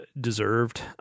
deserved